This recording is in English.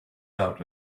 out